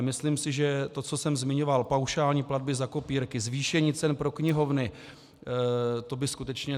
Myslím si ale, že to, co jsem zmiňoval, paušální platby za kopírky, zvýšení cen pro knihovny, to by skutečně